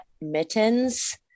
mittens